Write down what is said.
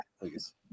please